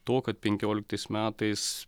to kad penkioliktais metais